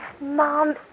Mom